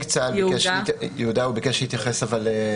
יהודה ביקש להתייחס לזה